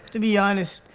to be honest,